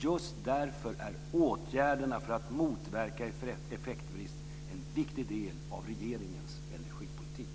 Just därför är åtgärderna för att motverka effektbrist en viktig del av regeringens energipolitik.